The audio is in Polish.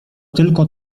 tylko